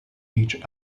each